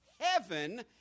heaven